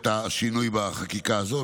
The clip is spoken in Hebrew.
אני אפרט את השינוי בחקיקה הזאת.